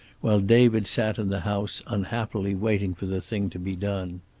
while david sat in the house, unhappily waiting for the thing to be done.